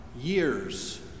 years